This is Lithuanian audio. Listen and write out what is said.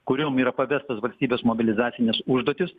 kuriom yra pavestos valstybės mobilizacinės užduotys